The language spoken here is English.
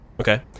Okay